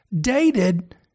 dated